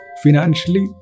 financially